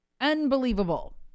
Unbelievable